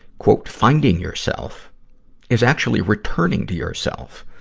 finding yourself is actually returning to yourself.